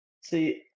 See